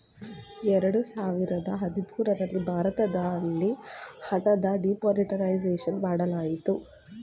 ಎರಡು ಸಾವಿರದ ಹದಿಮೂರಲ್ಲಿ ಭಾರತದಲ್ಲಿ ಹಣದ ಡಿಮಾನಿಟೈಸೇಷನ್ ಮಾಡಲಾಯಿತು